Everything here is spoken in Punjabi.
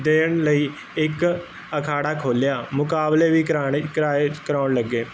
ਦੇਣ ਲਈ ਇੱਕ ਅਖਾੜਾ ਖੋਲ੍ਹਿਆ ਮੁਕਾਬਲੇ ਵੀ ਕਰਾਣੇ ਕਰਾਏ ਕਰਾਉਣ ਲੱਗੇ